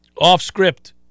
off-script